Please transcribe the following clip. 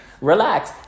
relax